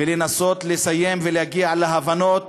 ולנסות לסיים, ולהגיע להבנות